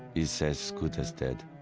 is as good as dead.